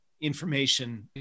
information